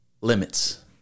limits